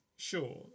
Sure